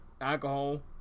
alcohol